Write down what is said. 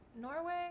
Norway